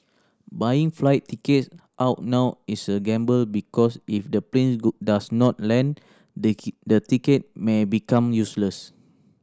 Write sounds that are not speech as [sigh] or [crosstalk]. buying flight tickets out now is a gamble because if the plane [unintelligible] does not land the [unintelligible] ticket may become useless